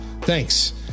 thanks